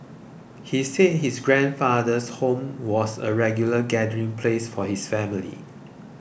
he said his grandfather's home was a regular gathering place for his family